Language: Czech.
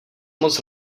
moc